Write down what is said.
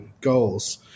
goals